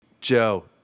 Joe